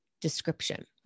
description